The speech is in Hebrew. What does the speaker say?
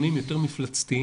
בוועדות,